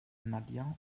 nadja